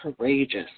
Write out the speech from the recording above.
courageous